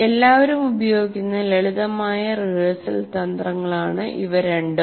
എല്ലാവരും ഉപയോഗിക്കുന്ന ലളിതമായ റിഹേഴ്സൽ തന്ത്രങ്ങളാണ് ഇവ രണ്ടും